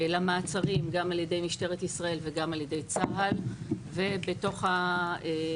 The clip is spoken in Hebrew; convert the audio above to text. למעצרים גם על ידי משטרת ישראל וגם על ידי צה"ל בתוך המתקנים,